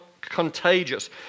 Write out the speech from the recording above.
contagious